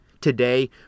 Today